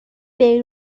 بری